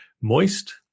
moist